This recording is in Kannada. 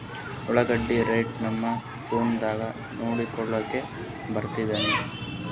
ಉಳ್ಳಾಗಡ್ಡಿ ರೇಟ್ ನಮ್ ಫೋನದಾಗ ನೋಡಕೊಲಿಕ ಬರತದೆನ್ರಿ?